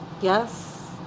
Yes